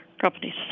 companies